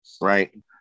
right